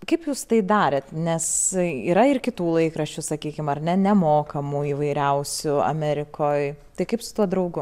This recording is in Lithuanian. kaip jūs tai darėt nes tai yra ir kitų laikraščių sakykim ar ne nemokamų įvairiausių amerikoj tai kaip su tuo draugu